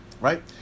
right